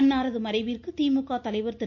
அன்னாரது மறைவிற்கு திமுக தலைவர் திரு